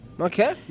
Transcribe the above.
Okay